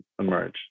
emerge